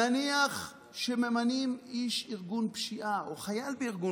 נניח שממנים איש ארגון פשיעה או חייל בארגון